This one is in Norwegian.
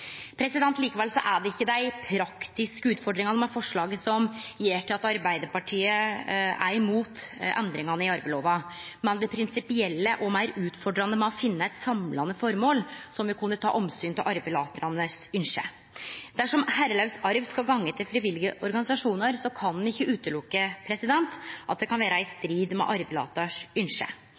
er det ikkje dei praktiske utfordringane ved forslaget som gjer at Arbeidarpartiet er imot endringane i arvelova, men det prinsipielle og meir utfordrande ved å finne eit samlande formål som vil kunne ta omsyn til ynska til arvelataren. Dersom herrelaus arv skal gå til frivillige organisasjonar, kan ein ikkje sjå bort frå at det kan vere i strid med